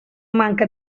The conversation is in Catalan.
manca